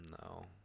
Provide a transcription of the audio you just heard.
No